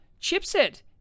chipset